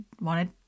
wanted